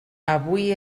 avui